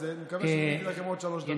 אני מקווה שמילאתי לכם עוד שלוש דקות.